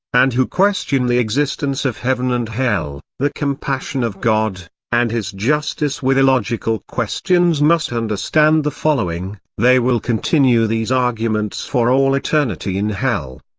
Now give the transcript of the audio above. and who question the existence of heaven and hell, the compassion of god, and his justice with illogical questions must understand the following they will continue these arguments for all eternity in hell.